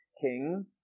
kings